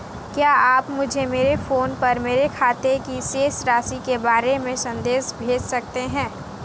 क्या आप मुझे मेरे फ़ोन पर मेरे खाते की शेष राशि के बारे में संदेश भेज सकते हैं?